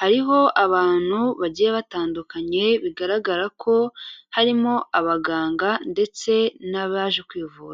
hariho abantu bagiye batandukanye bigaragara ko harimo abaganga ndetse n'abaje kwivuza.